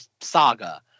saga